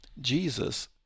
Jesus